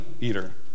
eater